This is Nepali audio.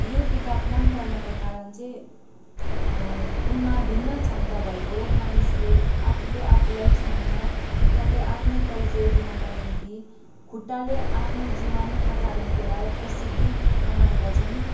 यो किताब मन पर्नका कारण चाहिँ उनमा भिन्न क्षमता भएको मानिसले आफूले आफूलाई चिनाउन साथै आफ्नो परिचय दिनका निम्ति खुट्टाले आफ्नो जीवन कथा लेखेर प्रसिद्धि कमाएका छन्